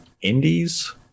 indies